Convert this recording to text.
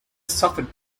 suffered